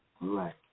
Right